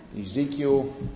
Ezekiel